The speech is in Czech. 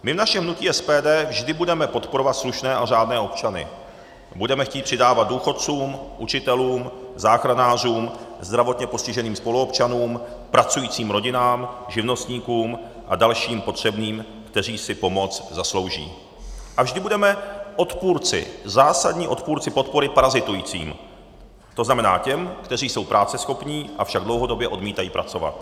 My v našem hnutí SPD vždy budeme podporovat slušné a řádné občany, budeme chtít přidávat důchodcům, učitelům, záchranářům, zdravotně postiženým spoluobčanům, pracujícím rodinám, živnostníkům a dalším potřebným, kteří si pomoc zaslouží, a vždy budeme odpůrci zásadní odpůrci podpory parazitujícím, to znamená těm, kteří jsou práceschopní, avšak dlouhodobě odmítají pracovat.